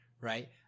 right